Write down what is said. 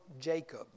Jacob